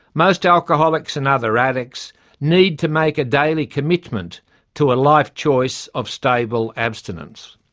most alcoholics and other addicts need to make a daily commitment to a life choice of stable abstinence.